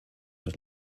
was